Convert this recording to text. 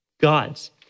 God's